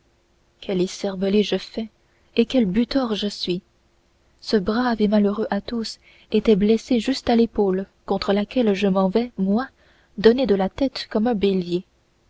suivantes quel écervelé je fais et quel butor je suis ce brave et malheureux athos était blessé juste à l'épaule contre laquelle je m'en vais moi donner de la tête comme un bélier